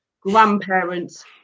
grandparents